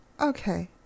Okay